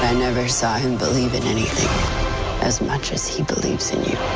never saw him believe in anything as much as he believes in you.